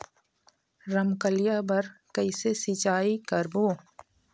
रमकलिया बर कइसे सिचाई करबो?